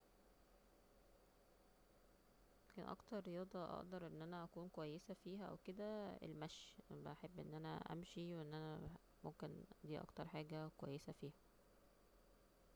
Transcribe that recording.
اكتر رياضة اقدر أن أنا اكون كويسه فيها أو كده المشي أنا بحب أن أنا أمشي وان أنا ممكن دي اكتر حاجة كويسة فيها